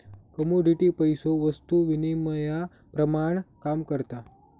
commodity पैसो वस्तु विनिमयाप्रमाण काम करता